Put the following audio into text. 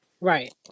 Right